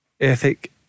ethic